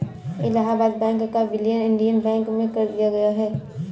Allahabad bank का विलय Indian bank में कर दिया गया है